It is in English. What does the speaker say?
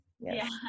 Yes